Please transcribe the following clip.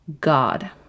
God